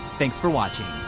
thanks for watching.